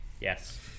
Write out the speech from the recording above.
Yes